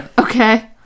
Okay